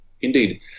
Indeed